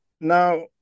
Now